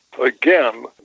Again